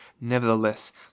Nevertheless